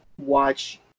watch